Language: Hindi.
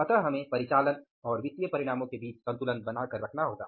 अतः हमें परिचालन और वित्तीय परिणामों के बीच संतुलन बनाना होगा